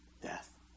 death